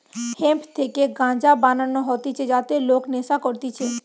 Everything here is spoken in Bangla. হেম্প থেকে গাঞ্জা বানানো হতিছে যাতে লোক নেশা করতিছে